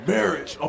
Marriage